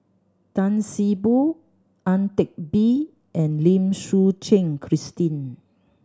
Tan See Boo Ang Teck Bee and Lim Suchen Christine